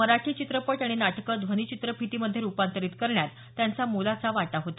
मराठी चित्रपट आणि नाटकं ध्वनिचित्रफितीमध्ये रुपांतरीत करण्यात त्यांचा मोलाचा वाटा होता